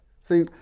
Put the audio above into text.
See